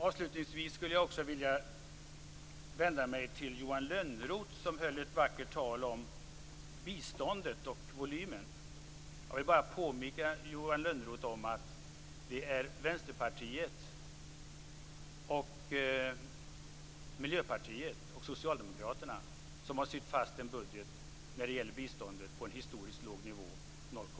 Avslutningsvis skulle jag också vilja vända mig till Johan Lönnroth, som höll ett vackert tal om biståndet och volymen. Jag vill bara påminna Johan Lönnroth om att det är Vänsterpartiet, Miljöpartiet och Socialdemokraterna som har sytt fast en budget när det gäller biståndet på en historiskt låg nivå